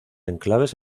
enclaves